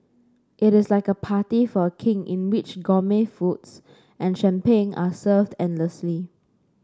it is like a party for a King in which gourmet foods and champagne are served endlessly